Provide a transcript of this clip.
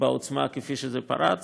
בעוצמה שבה זה פרץ.